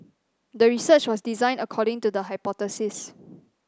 the research was designed according to the hypothesis